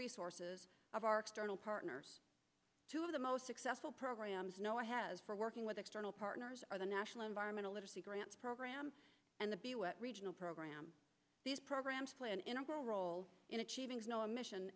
resources of our external partners two of the most successful programs noah has for working with external partners are the national environmental literacy grants program and the regional program these programs play an integral role in achieving snow a mission